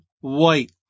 white